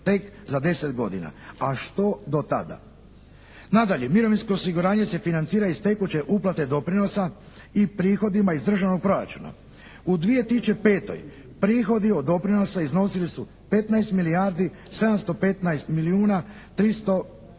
tek za 10 godina. A što do tada? Nadalje mirovinsko osiguranje se financira iz tekuće uplate doprinosa i prihodima iz Državnog proračuna. U 2005. prihodi od doprinosa iznosili su 15 milijardi 715 milijuna 300, 535 tisuća